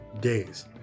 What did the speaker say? days